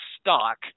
stock